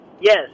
Yes